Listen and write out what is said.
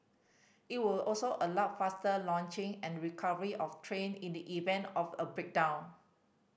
it will also allow faster launching and recovery of train in the event of a breakdown